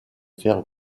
faire